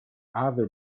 other